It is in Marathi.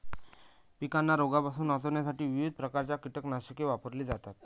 पिकांना रोगांपासून वाचवण्यासाठी विविध प्रकारची कीटकनाशके वापरली जातात